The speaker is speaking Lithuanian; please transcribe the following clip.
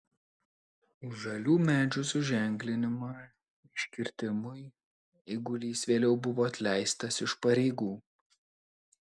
už žalių medžių suženklinimą iškirtimui eigulys vėliau buvo atleistas iš pareigų